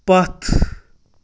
پتھ